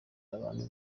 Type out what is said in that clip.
abantu